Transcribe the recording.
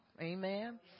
Amen